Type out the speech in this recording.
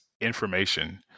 information